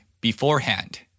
beforehand